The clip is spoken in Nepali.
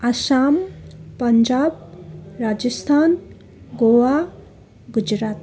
आसम पन्जाब राजस्थान गोवा गुजरात